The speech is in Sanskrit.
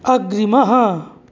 अग्रिमः